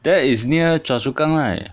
that is near choa chu kang right